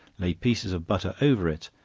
lay pieces of butter over it,